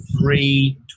three